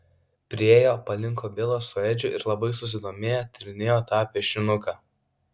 priėjo palinko bilas su edžiu ir labai susidomėję tyrinėjo tą piešinuką